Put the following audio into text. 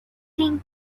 thing